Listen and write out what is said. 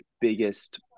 biggest